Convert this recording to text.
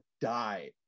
die